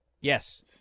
Yes